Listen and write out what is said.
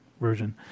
version